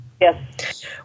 Yes